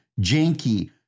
Janky